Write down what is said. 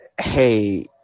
hey